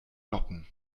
noppen